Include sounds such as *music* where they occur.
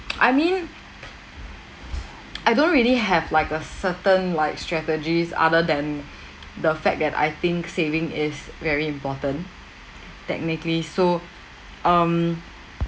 *noise* I mean *noise* I don't really have like a certain like strategies other than *breath* the fact that I think saving is very important technically so um